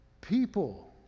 people